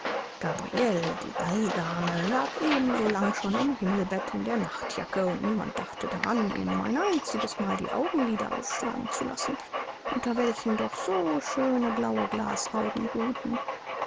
gabriele die balldame lag eben so lang schon im himmelbett in der nachtjacke und niemand dachte daran ihr nur ein einziges mal die augenlieder aufschlagen zu lassen unter welchen doch so schöne blaue glasaugen ruhten